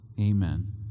Amen